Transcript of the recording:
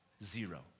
Zero